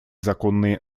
законные